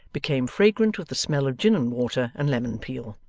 became fragrant with the smell of gin and water and lemon-peel.